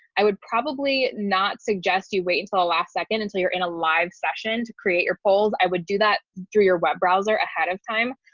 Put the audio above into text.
i would probably not suggest you wait until the ah last second until you're in a live session to create your polls, i would do that through your web browser ahead of time.